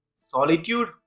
Solitude